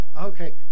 Okay